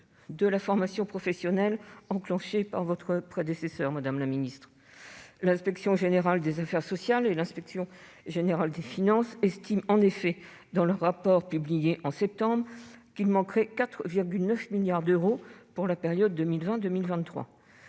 de la formation professionnelle engagée par votre prédécesseur, madame la ministre. L'inspection générale des affaires sociales et l'inspection générale des finances estiment en effet dans le rapport publié en septembre qu'il manquerait 4,9 milliards d'euros pour la période 2020-2023.